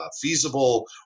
feasible